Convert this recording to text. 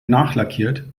nachlackiert